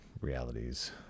realities